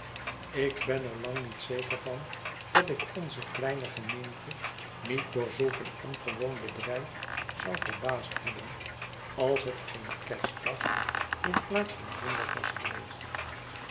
ik ben er lang niet zeker van datik onze kleine gemeente niet door zulk een ongewoon bedrijf zou verbaasd hebben als het geen kerstdag in plaats van zondag was geweest